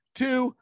two